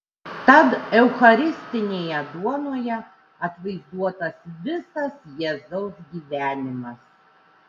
tad eucharistinėje duonoje atvaizduotas visas jėzaus gyvenimas